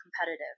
competitive